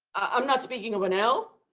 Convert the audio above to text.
i'm not speaking of an l.